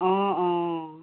অঁ অঁ